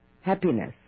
happiness